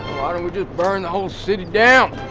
why don't we just burn the whole city down?